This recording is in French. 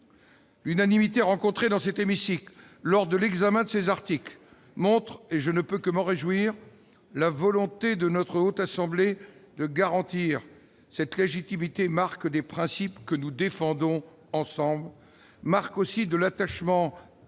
L'unanimité rencontrée dans cet hémicycle lors de l'examen des articles montre, et je ne puis que m'en réjouir, la volonté de la Haute Assemblée de garantir cette légitimité, qui est la marque des principes que nous défendons ensemble et de l'attachement